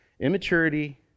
Immaturity